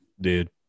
dude